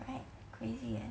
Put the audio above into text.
right crazy eh